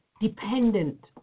dependent